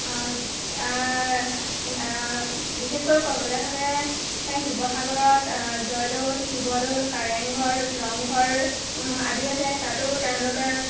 বিশেষকৈ ক'বলৈ হ'লে শিৱসাগৰত জয়দৌল শিৱদৌল কাৰেঙঘৰ ৰংঘৰ আদি আছে তাতো তেওঁলোকে